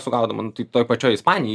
sugaudavo nu tai toj pačioj ispani